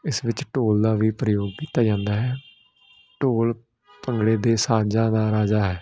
ਇਸ ਵਿੱਚ ਢੋਲ ਦਾ ਵੀ ਪ੍ਰਯੋਗ ਕੀਤਾ ਜਾਂਦਾ ਹੈ ਢੋਲ ਭੰਗੜੇ ਦੇ ਸਾਜਾਂ ਦਾ ਰਾਜਾ ਹੈ